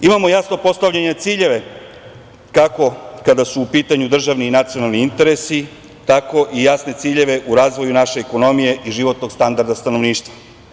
Imamo jasno postavljene ciljeve kako kada su u pitanju državni i nacionalni interesi, tako i jasne ciljeve u razvoju naše ekonomije i životnog standarda stanovništva.